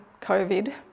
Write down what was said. COVID